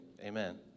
Amen